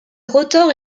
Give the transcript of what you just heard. rotor